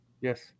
Yes